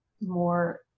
more